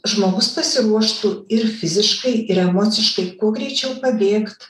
žmogus pasiruoštų ir fiziškai ir emociškai kuo greičiau pabėgt